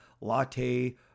latte